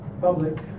public